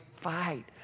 Fight